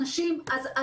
אליהן.